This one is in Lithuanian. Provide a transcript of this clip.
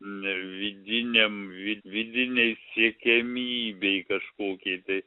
ne vidiniam vi vidinei siekiamybei kažkokiai tai